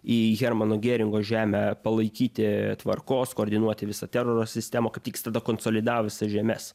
į hermano gėringo žemę palaikyti tvarkos koordinuoti visą teroro sistemą kaip tik jis tada konsolidavo visas žemes